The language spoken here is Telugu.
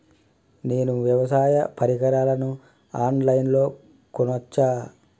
నేను వ్యవసాయ పరికరాలను ఆన్ లైన్ లో కొనచ్చా?